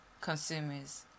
consumers